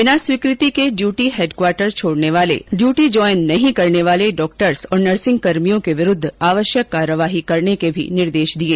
बिना स्वीकृ ति के ड्यूटी हैडक्वार्टर छोड़ने वाले ड्यूटी ज्वाईन नहीं करने वाले चिकित्सकों और नर्सिंगकर्मियों के विरूद्व आवश्यक कार्यवाही करने के भी निर्देष दिये